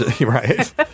Right